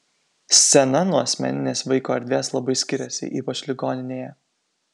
scena nuo asmeninės vaiko erdvės labai skiriasi ypač ligoninėje